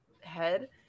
head